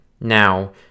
Now